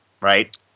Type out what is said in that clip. Right